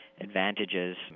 advantages